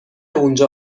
اونجا